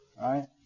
right